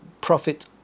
profit